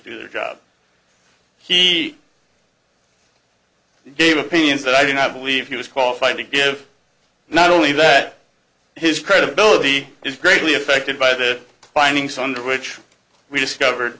do their job he gave opinions that i do not believe he was qualified to give not only that his credibility is greatly affected by the findings under which we discovered